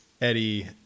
Eddie